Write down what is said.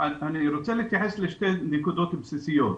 אני רוצה להתייחס לשתי נקודות בסיסיות.